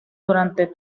durante